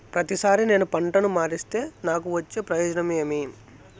ప్రతిసారి నేను పంటను మారిస్తే నాకు వచ్చే ప్రయోజనం ఏమి?